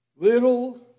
Little